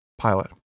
pilot